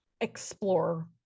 explore